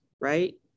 right